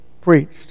preached